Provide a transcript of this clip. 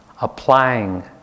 applying